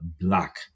black